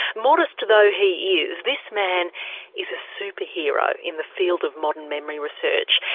modest though he is, this man is a super hero in the field of modern memory research.